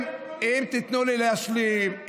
אם תיתנו לי להשלים,